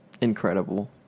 Incredible